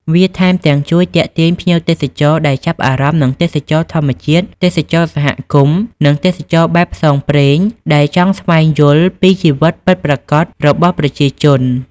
វាថែមទាំងជួយទាក់ទាញភ្ញៀវទេសចរដែលចាប់អារម្មណ៍នឹងទេសចរណ៍ធម្មជាតិ ទេសចរណ៍សហគមន៍ និងទេសចរណ៍បែបផ្សងព្រេងដែលចង់ស្វែងយល់ពីជីវិតពិតប្រាកដរបស់ប្រជាជន។